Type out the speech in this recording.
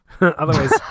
Otherwise